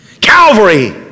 Calvary